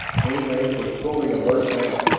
menlik was fully alert now.